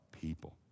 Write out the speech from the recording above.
people